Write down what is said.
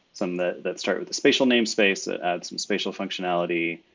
some that that start with a spatial namespace that adds some spatial functionality.